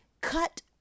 cut